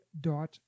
dot